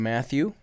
Matthew